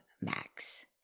Max